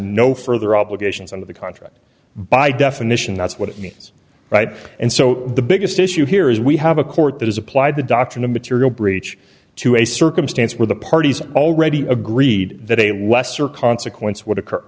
no further obligations under the contract by definition that's what it means right and so the biggest issue here is we have a court that is applied the doctrine of material breach to a circumstance where the parties already agreed that a lesser consequence would occur